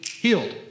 healed